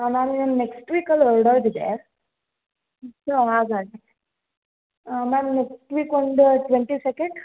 ma'am ನಾನು next ವೀಕಲ್ಲಿ ಹೊರ್ಡೋದಿದೆ ಸೊ ಹಾಗಾಗಿ ಮ್ಯಾಮ್ ನೆಕ್ಸ್ಟ್ ವೀಕ್ ಒಂದು ಟ್ವೆಂಟಿ ಸೆಕೆಂಡ್